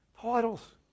titles